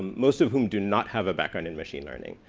most of whom do not have a background in machine learning,